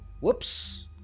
whoops